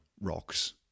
rocks